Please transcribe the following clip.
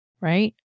Right